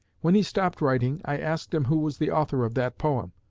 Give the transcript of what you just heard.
when he stopped writing i asked him who was the author of that poem.